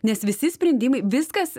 nes visi sprendimai viskas